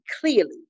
clearly